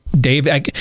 Dave